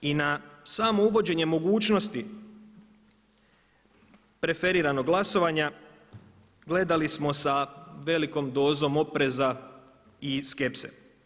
I na samo uvođenje mogućnosti preferiranog glasovanja gledali smo sa velikom dozom opreza i skepse.